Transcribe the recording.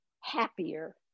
happier